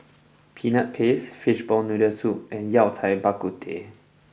Peanut Paste Fishball Noodle Soup and Yao Cai Bak Kut Teh